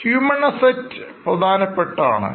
Huamn Assets പ്രധാനപ്പെട്ടതാണ്